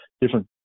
different